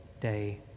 day